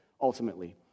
ultimately